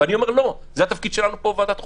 ואני אומר: לא, זה התפקיד שלנו פה בוועדת החוקה,